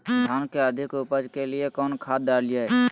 धान के अधिक उपज के लिए कौन खाद डालिय?